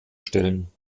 stellen